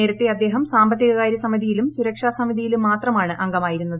നേരത്തെ അദ്ദേഹം സാമ്പത്തികകാര്യ സമിതിയിലും സുരക്ഷാ സമിതിയിലും മ്യൂത്മാണ് അംഗമായിരുന്നത്